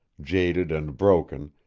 jaded and broken,